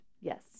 Yes